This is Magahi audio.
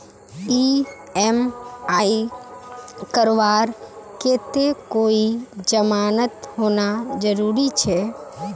ई.एम.आई करवार केते कोई जमानत होना जरूरी छे?